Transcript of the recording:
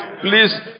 Please